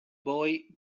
boy